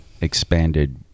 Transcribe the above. expanded